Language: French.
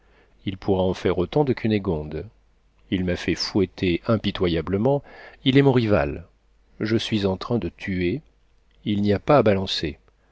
il pourra en faire autant de cunégonde il m'a fait fouetter impitoyablement il est mon rival je suis en train de tuer il n'y a pas à balancer